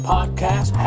Podcast